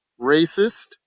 racist